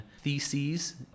theses